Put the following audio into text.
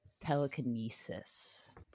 telekinesis